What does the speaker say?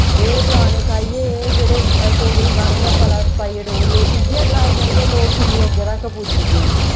एह् जेह्ड़े गाने गाइयै एह् जेह्ड़े डोगरी गाने जियां भला शपाईया डोगरेआ इयै गाई गाइयै लोग किन्नी अग्गैं तक पुज्जी गे न